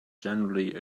generally